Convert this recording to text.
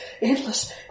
endless